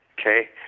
okay